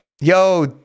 Yo